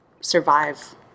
survive